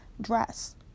dress